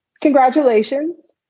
congratulations